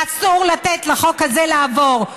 אסור לתת לחוק הזה לעבור.